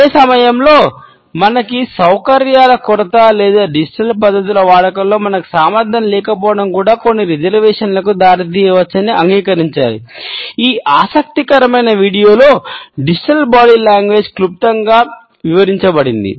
అదే సమయంలో మనకు సౌకర్యాల కొరత లేదా డిజిటల్ క్లుప్తంగా వివరించబడింది